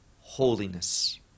holiness